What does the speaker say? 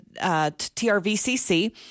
TRVCC